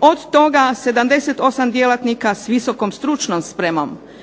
od toga 78 djelatnika s visokom stručnom spremom,